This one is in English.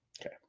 Okay